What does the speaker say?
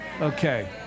Okay